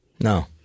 No